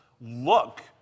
look